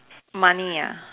money ah